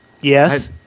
Yes